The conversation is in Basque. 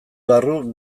barru